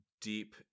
deep